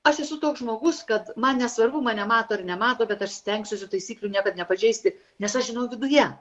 aš esu toks žmogus kad man nesvarbu mane mato ir nemato bet aš stengsiuosi taisyklių niekad nepažeisti nes aš žinau viduje